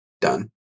done